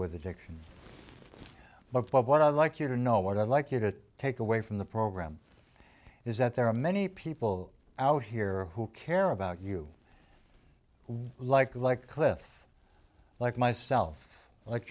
with addiction but what i'd like you to know what i'd like you to take away from the program is that there are many people out here who care about you like like cliff like myself like